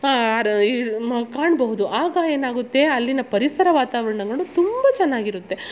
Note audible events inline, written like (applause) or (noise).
(unintelligible) ಕಾಣಬಹುದು ಆಗ ಏನಾಗುತ್ತೆ ಅಲ್ಲಿನ ಪರಿಸರ ವಾತಾವರಣಗಳು ತುಂಬ ಚೆನ್ನಾಗಿರುತ್ತೆ